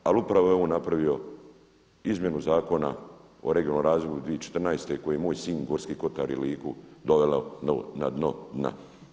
Da, ali upravo je on napravio izmjenu Zakona o regionalnom razvoju 2014. kao i moj Sinj, Gorski kotar i Liku dovelo na dno dan.